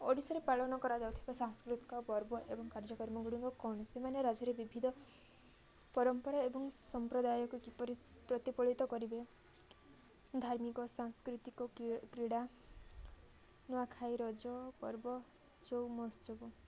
ଓଡ଼ିଶାରେ ପାଳନ କରାଯାଉଥିବା ସାଂସ୍କୃତିକ ପର୍ବ ଏବଂ କାର୍ଯ୍ୟକ୍ରମ ଗୁଡ଼ିକ କୌଣସିମାନେ ରାଜ୍ୟରେ ବିଭିଧ ପରମ୍ପରା ଏବଂ ସମ୍ପ୍ରଦାୟକୁ କିପରି ପ୍ରତିଫଳିତ କରିବେ ଧାର୍ମିକ ସାଂସ୍କୃତିକ କ୍ରୀଡ଼ା ନୂଆଖାଇ ରଜ ପର୍ବ ଯେଉଁ ମହୋତ୍ସବ